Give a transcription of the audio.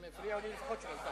הם הפריעו לי לפחות שלוש דקות.